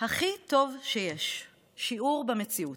הכי טוב שיש, שיעור במציאות.